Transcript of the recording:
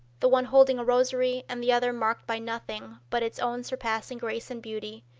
the one holding a rosary, and the other marked by nothing but its own surpassing grace and beauty,